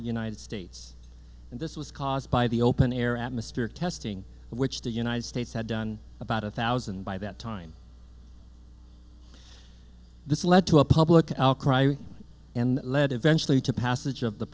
united states and this was caused by the open air atmospheric testing which the united states had done about a thousand by that time this led to a public outcry and led eventually to passage of the